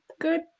good